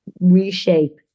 reshape